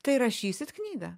tai rašysit knygą